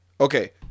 Okay